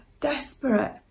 desperate